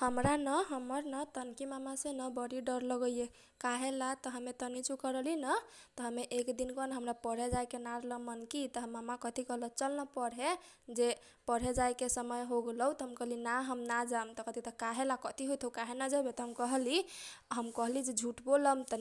हमरा न हमर न तनकी मामासेन बरी डर लगैए काहेला त हमे तनीचुका रहलीन त हमे एकदिनकवा न पढे जाएके ना रल मन की त हमर मामा कथी कहल चलन पढे जे पढे जाएके समय होगेलै त हम कहली ना हम ना जाम त कहलक काहेला कथी होइत हौ काहे ना जएबे त हम कहली हम झूट बोलम त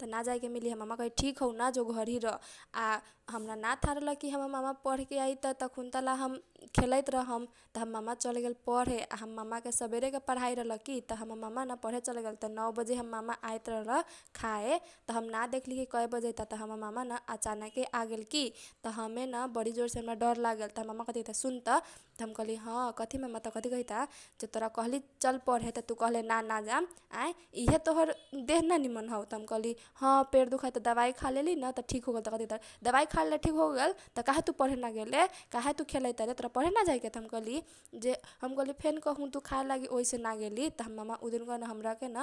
हमर मामा कही ठिक हौ ना जो पढे घरही रह आ हमरा ना था रहल की हमर मामा पढके आइ तखुनताला हम खेलइत रहम त हमर मामा चलगेल पढे आ हमर मामा के सबेरे पढाइ रहल की त हमर मामा ना पढे चलगेल त नौ बजे हमर मामा आइत रहल खाए त हम ना देखली कए बजाइता त हमर मामा न आचानके आगेल की त हमेन बरी जोरसे डर लागेल त हमर मामा कथी कहिता सुनत त हम कहली ह कथी मामा त हमर मामा कथी कहिता जे तोरा कहली चल पढे त तु कहले ना नजाएम आए इहे तोहर देह ना निम्न हौ त हम कहली ह पेट दुखाइत रहल दबाइ खालेली न त ठीक होगेल त हमरा मामा कहीता दवाइ खालेले त ठीक होगेल त तु पढे काहे ना गेले त हम कहली फेन कहो दुखाए लागी ओहीसे ना गेली त हमर मामा उ दिनकाबा हमरा केन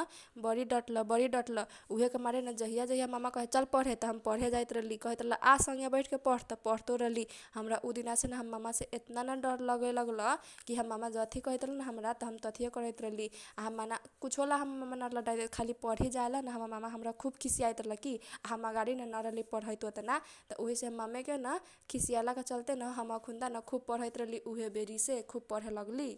बरी डटल बरी डटल उहेके मारे जहिया जहिया हमर मामा कहे चल पढे त हम पढे जाइत रहली त कहित रहल आ संगे बैठके पढ त पढतो रहली हमरा उ दिनासेन हमर मामा से यतना न डर लागे लगल की हमर मामा जथी कहित रहल हमरा ना त हम तथीए करीत रलि आ हमर मामा कुछोला ना रहल डटैत खाली पढही जाएलान हमर मामा हमरा खुब खिसियाइत रहल की आ हम अगाडी न ना रहली पढैत ओतना त उहेसेन मामाकेन खिसियालाके चलते हम अखुनी न खुब पढैत रहली उहे बेरीसे खुब पढे लगली।